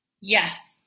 yes